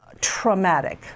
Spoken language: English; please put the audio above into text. traumatic